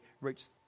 reached